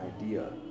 idea